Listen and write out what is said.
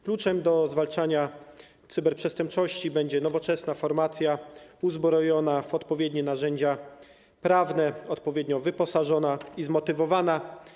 Kluczem do zwalczania cyberprzestępczości będzie nowoczesna formacja uzbrojona w odpowiednie narzędzia prawne, odpowiednio wyposażona i zmotywowana.